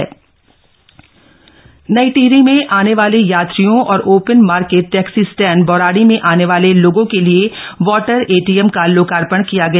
water ATM नई टिहरी में आने वाले यात्रियों और open market taxi stand Baurari में आने वाले लोगों के लिए वाटर एटीएम का लोकार्पण किया गया